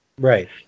Right